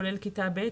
כולל כיתה ב',